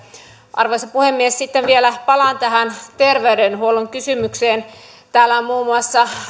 arvoisa puhemies sitten vielä palaan tähän terveydenhuollon kysymykseen täällä on muun muassa